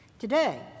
Today